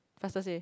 faster say